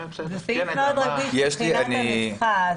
אני מבין שגם אם יש לעסק כמה מבנים,